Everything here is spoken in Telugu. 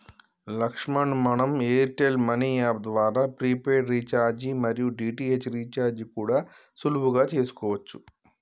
లక్ష్మణ్ మనం ఎయిర్టెల్ మనీ యాప్ ద్వారా ప్రీపెయిడ్ రీఛార్జి మరియు డి.టి.హెచ్ రీఛార్జి కూడా సులువుగా చేసుకోవచ్చు